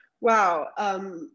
Wow